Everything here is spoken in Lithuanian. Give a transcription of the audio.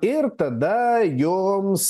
ir tada jums